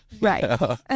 right